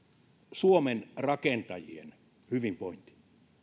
suomen rakentajien hyvinvointi